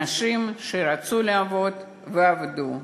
אנשים שרצו לעבוד ועבדו.